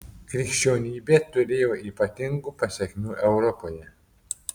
krikščionybė turėjo ypatingų pasekmių europoje